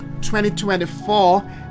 2024